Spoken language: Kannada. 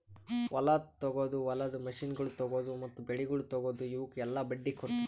ಹೊಲ ತೊಗೊದು, ಹೊಲದ ಮಷೀನಗೊಳ್ ತೊಗೊದು, ಮತ್ತ ಬೆಳಿಗೊಳ್ ತೊಗೊದು, ಇವುಕ್ ಎಲ್ಲಾ ಬಡ್ಡಿ ಕೊಡ್ತುದ್